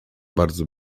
bardzo